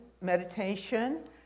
meditation